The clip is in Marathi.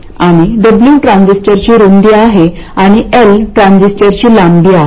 आणि W ट्रान्झिस्टरची रूंदी आहे आणि L ट्रान्झिस्टरची लांबी आहे